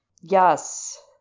yes